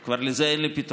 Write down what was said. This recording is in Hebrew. לזה כבר אין לי פתרונות.